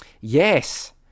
yes